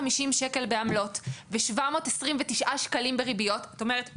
שקלים במעלות ו-729 שקלים בריביות את אומרת 'וואו,